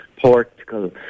Portugal